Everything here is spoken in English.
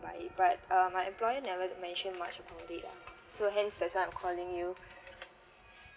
but but uh my employer never mentioned much about it lah so hence that's why I'm calling you